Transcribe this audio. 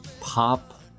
pop